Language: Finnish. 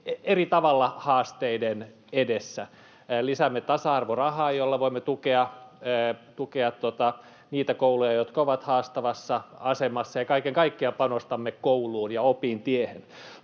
eri tavalla haasteiden edessä. Lisäämme tasa-arvorahaa, jolla voimme tukea niitä kouluja, jotka ovat haastavassa asemassa. Ja kaiken kaikkiaan panostamme kouluun ja opintiehen.